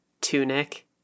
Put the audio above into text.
Tunic